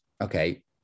okay